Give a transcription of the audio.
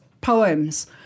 poems